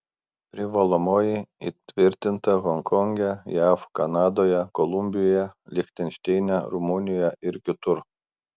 privalomoji įtvirtinta honkonge jav kanadoje kolumbijoje lichtenšteine rumunijoje ir kitur